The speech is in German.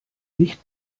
nicht